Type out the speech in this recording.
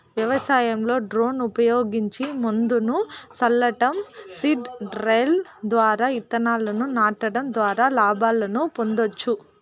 వ్యవసాయంలో డ్రోన్లు ఉపయోగించి మందును సల్లటం, సీడ్ డ్రిల్ ద్వారా ఇత్తనాలను నాటడం ద్వారా లాభాలను పొందొచ్చు